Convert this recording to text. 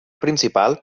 principal